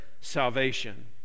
salvation